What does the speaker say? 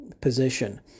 position